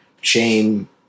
shame